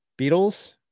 Beatles